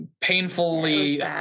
painfully